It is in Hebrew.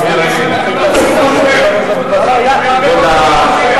בבקשה, רבותי.